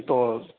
تو